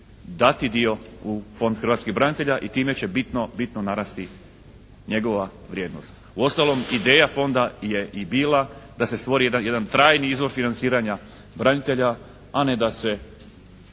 dati dio u Fond hrvatskih branitelja i time će bitno narasti njegova vrijednost. Uostalom ideja Fonda je i bila da se stvori jedan trajni izvor financiranja branitelja, a ne da se